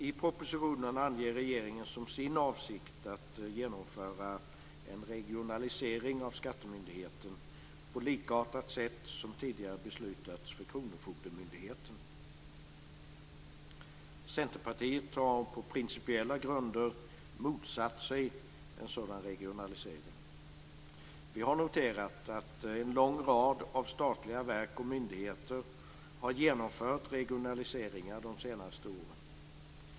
I propositionen anger regeringen som sin avsikt att genomföra en regionalisering av skattemyndigheterna på likartat sätt som tidigare beslutats för kronofogdemyndigheterna. Centerpartiet har på principiella grunder motsatt sig en sådan regionalisering. Vi har noterat att en lång rad av statliga verk och myndigheter har genomfört regionaliseringar de senaste åren.